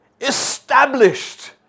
established